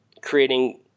creating